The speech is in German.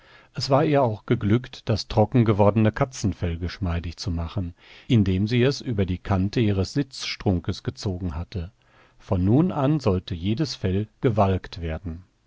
es war ihr auch geglückt das trocken gewordene katzenfell geschmeidig zu machen indem sie es über die kante ihres sitzstrunkes gezogen hatte von nun an sollte jedes fell gewalkt werden